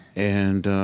and